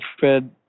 fed